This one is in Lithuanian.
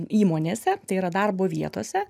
įmonėse tai yra darbo vietose